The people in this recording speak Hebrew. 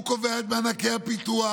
הוא קובע את מענקי הפיתוח,